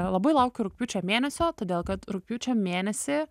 labai laukiu rugpjūčio mėnesio todėl kad rugpjūčio mėnesį